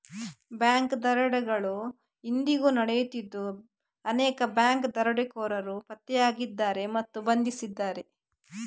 bank ದರೋಡೆಗಳು ಇಂದಿಗೂ ನಡೆಯುತ್ತಿದ್ದು ಅನೇಕ ಬ್ಯಾಂಕ್ ದರೋಡೆಕೋರರು ಪತ್ತೆಯಾಗಿದ್ದಾರೆ ಮತ್ತು ಬಂಧಿಸಿದ್ದಾರೆ